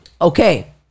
Okay